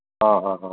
हाहा हा